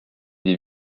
des